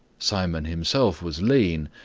simon himself was lean,